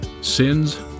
Sins